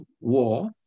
war